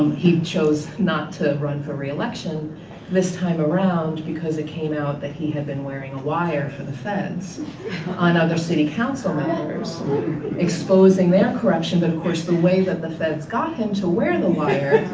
he chose not to run for re-election this time around because it came out that he had been wearing a wire for the feds on other city council members exposing their corruption. but, of course, the way that the feds got him to wear the wire.